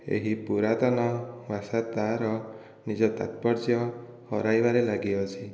ଏହି ପୁରାତନ ଭାଷା ତାର ନିଜ ତାତ୍ପର୍ଯ୍ୟ ହରାଇବାରେ ଲାଗିଅଛି